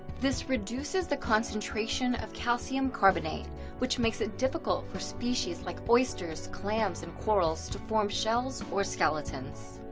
this reduces the concentration of calcium carbonate which makes it difficult for species like oysters, clams and corals to form shells or skeletons.